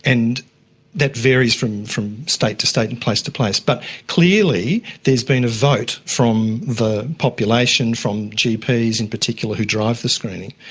and that varies from from state to state and place to place. but clearly there has been a vote from the population, from gps in particular who drive the screening,